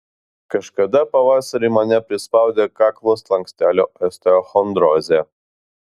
kažkada pavasarį mane prispaudė kaklo slankstelių osteochondrozė